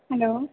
hello